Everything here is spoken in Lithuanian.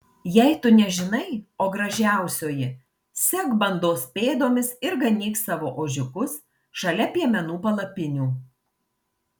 jei tu nežinai o gražiausioji sek bandos pėdomis ir ganyk savo ožiukus šalia piemenų palapinių